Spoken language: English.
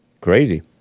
Crazy